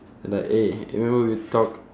and like eh remember we talked